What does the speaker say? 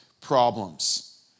problems